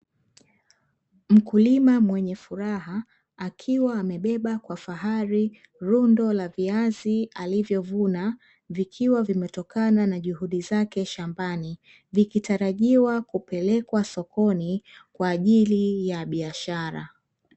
Mkulima mwenye furaha, akiwa amebeba kwa fahari lundo la viazi alivyovuna, vikiwa vimetokana na juhudii zake shambani , vikitarajiwa kupelekwa sokoni, kwaajili ya biashara.